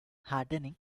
hardening